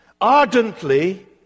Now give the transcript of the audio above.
ardently